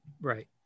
Right